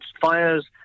fires